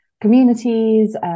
communities